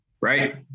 right